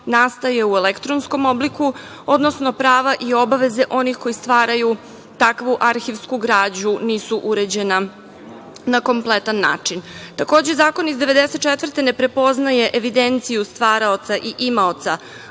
nastaje u elektronskom obliku, odnosno prava i obaveze onih koji stvaraju takvu arhivsku građu nisu uređena na kompletan način. Takođe, zakon iz 1994. godine ne prepoznaje evidenciju stvaraoca i imaoca